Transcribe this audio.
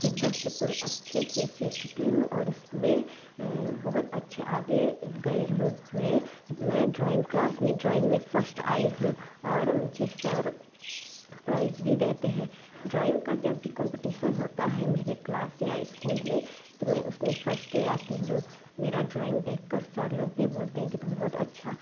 शिद्दत से पूरे अच्छे से सीखती हूँ और उसमें बहुत अच्छे आगे गई हूँ में मैं ड्राॅइंग क्लास में ड्राॅइंग में फर्स्ट आई हूँ और मुझे सर प्राइज़ भी देते हैं ड्राॅइंग का जब भी कॉम्पटीसन होता है मेरे क्लास या स्कूल में तो मैं उसमें फर्स्ट ही आती हूँ मेरा ड्राॅइंग देख कर सर लोग भी बोलते हैं कि तुम बहुत अच्छा